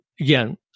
again